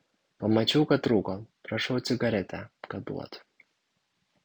pamačiau kad rūko prašau cigaretę kad duotų